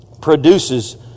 produces